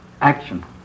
Action